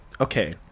okay